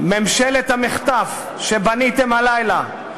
ממשלת המחטף שבניתם הלילה,